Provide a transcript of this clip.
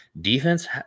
defense